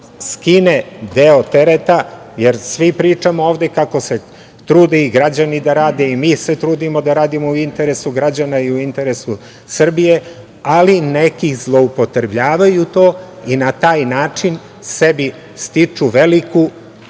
skine taj deo tereta, jer svi pričamo kako se trude i građani da rade, i mi se trudimo da radimo u interesu građana, ali i u interesu Srbiju, ali neki to zloupotrebljavaju, i na taj način sebi stiču veliku